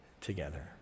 together